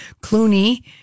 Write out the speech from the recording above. clooney